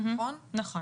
בעצם,